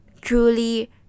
truly